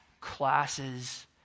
classes